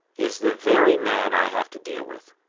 is the very man i have to deal with